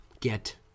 get